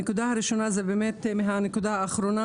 הנקודה הראשונה זה מהנקודה האחרונה,